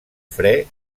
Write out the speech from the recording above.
fre